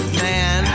man